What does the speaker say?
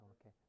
Okay